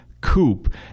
Coupe